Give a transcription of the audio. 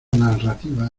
narrativa